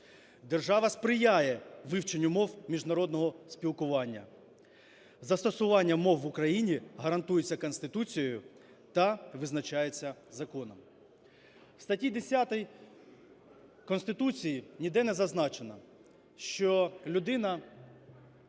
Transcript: Держава сприяє вивченню мов міжнародного спілкування. Застосування мов в Україні гарантується Конституцією та визначається законом". В статті 10 Конституції ніде не зазначено, що людина